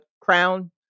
crown